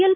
L